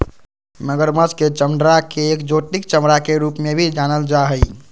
मगरमच्छ के चमडड़ा के एक्जोटिक चमड़ा के रूप में भी जानल जा हई